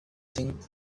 thing